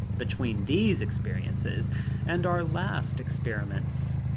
between these experiences and our last experiments.